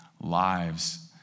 lives